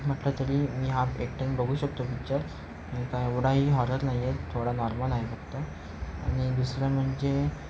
म्हटलं तरी मी हा एकट्याने बघू शकतो पिच्चर काय एवढाही हॉरर नाही आहे थोडा नॉर्मल आहे फक्त आणि दुसरं म्हणजे